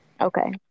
okay